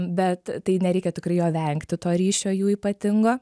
bet tai nereikia tikrai jo vengti to ryšio jų ypatingo